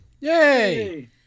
Yay